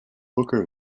booker